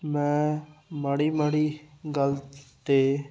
ਮੈਂ ਮਾੜੀ ਮਾੜੀ ਗੱਲ ਤੋਂ